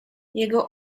jego